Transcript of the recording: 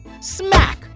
Smack